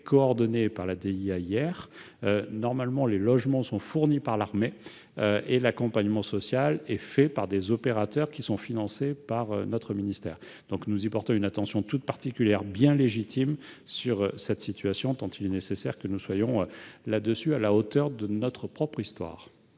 réfugiés (Diair). Normalement, les logements sont fournis par l'armée et l'accompagnement social réalisé par des opérateurs financés par notre ministère. Nous portons donc une attention toute particulière, et bien légitime, sur cette situation, tant il est nécessaire que nous soyons en cette affaire à la hauteur de notre propre histoire.